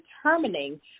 determining